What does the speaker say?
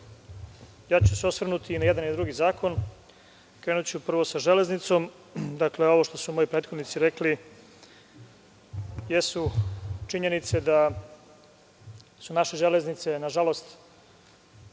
ću se osvrnuti i na jedan i na drugi zakon. Krenuću prvo sa železnicom. Dakle, ovo što su moji prethodnici rekli jesu činjenice da su naše železnice na žalost